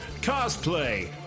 cosplay